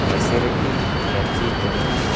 maserati M C twenty